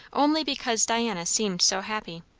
only because diana seemed so happy.